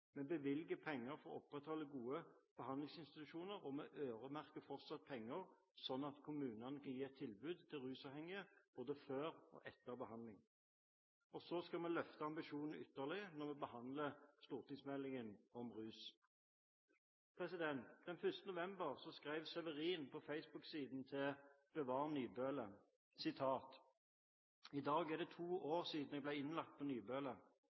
Vi bevilger penger for å opprettholde gode behandlingsinstitusjoner, og vi øremerker fortsatt penger slik at kommunene kan gi et tilbud til rusavhengige både før og etter behandling. Så skal vi løfte ambisjonene ytterligere når vi behandler stortingsmeldingen om rus. Den 1. november skrev Severin på Facebook-siden for å bevare Nybøle: «I dag er det 2 år siden jeg ble innlagt ved Nybøle.